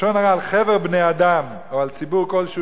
לשון הרע על חבר בני-אדם או על ציבור כלשהו